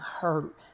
hurt